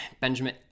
Benjamin